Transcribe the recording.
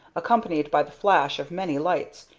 accompanied by the flash of many lights,